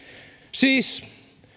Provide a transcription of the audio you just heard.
siis